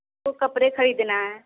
हमको कपड़े खरीदना है